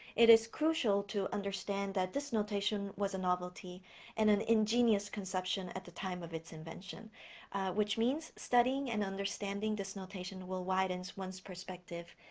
it is crucial to understand that this notation was a novelty and an ingenious conception at the time of its invention which means studying and understanding this notation will widen one's perspective